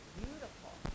beautiful